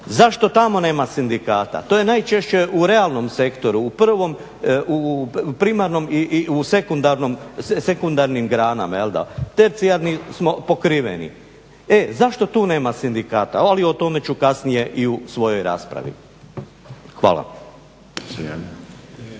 zašto tamo nema sindikata. To je najčešće u realnom sektoru u primarnom i u sekundarnim granama, je li, tercijarnim smo pokriveni. E zašto tu nema sindikata? Ali o tome ću kasnije i u svojoj raspravi. Hvala.